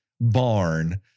barn